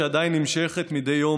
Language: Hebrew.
שעדיין נמשכת מדי יום,